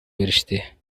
беришти